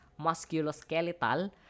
musculoskeletal